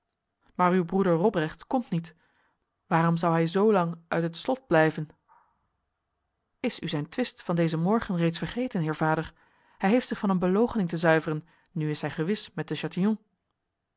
maar uw broeder robrecht komt niet waarom zou hij zolang uit het slot blijven is u zijn twist van deze morgen reeds vergeten heer vader hij heeft zich van een beloochening te zuiveren nu is hij gewis met de